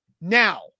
Now